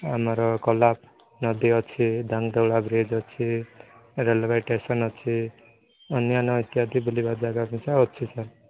ଆମର କୋଲାବ ନଦୀ ଅଛି ଧାନତୋଳା ବ୍ରିଜ୍ ଅଛି ରେଲୱେ ଷ୍ଟେସନ୍ ଅଛି ଅନ୍ୟାନ୍ୟ ଇତ୍ୟାଦି ବୁଲିବା ଯାଗା ଅପେକ୍ଷା ଅଛି ସାର୍